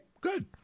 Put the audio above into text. Good